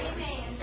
Amen